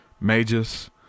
mages